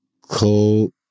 cold